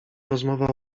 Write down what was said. rozmowa